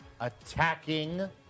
attacking